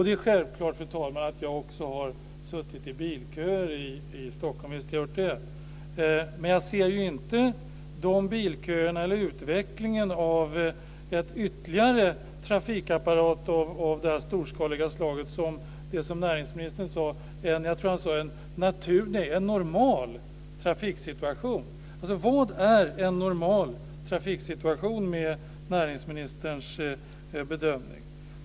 Det är självklart att jag också har suttit i bilköer i Stockholm, visst har jag gjort det. Men jag ser inte att utvecklingen av ytterligare trafikapparater av det storskaliga slag som näringsministern sade är en normal trafiksituation. Vad är en normal trafiksituation enligt näringsministerns bedömning?